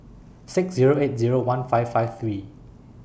six Zero eight Zero one five five three